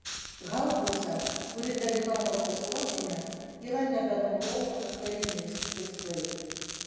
haubica kuri dalyvavo pasirodyme yra nebenaudojama kariniais tikslais